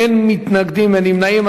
19 בעד, אין מתנגדים ואין נמנעים.